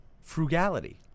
frugality